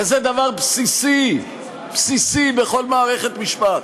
וזה דבר בסיסי בכל מערכת משפט.